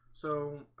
so